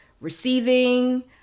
receiving